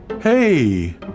Hey